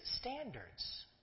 standards